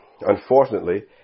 unfortunately